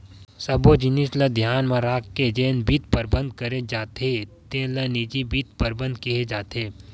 सब्बो जिनिस ल धियान म राखके जेन म बित्त परबंध करे जाथे तेन ल निजी बित्त परबंध केहे जाथे